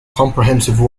comprehensive